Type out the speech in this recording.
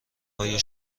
های